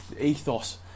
ethos